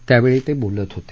त्यावेळी ते बोलत होते